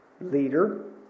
leader